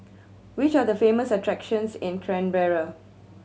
which are the famous attractions in Canberra